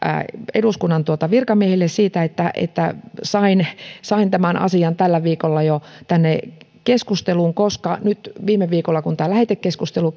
eduskunnan virkamiehille siitä että että sain sain tämän asian tällä viikolla jo tänne keskusteluun koska kun viime viikolla tämä lähetekeskustelu